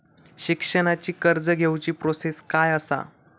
शिक्षणाची कर्ज घेऊची प्रोसेस काय असा?